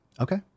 Okay